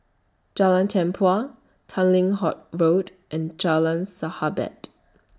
Jalan Tempua Tanglin Halt Road and Jalan Sahabat